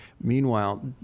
Meanwhile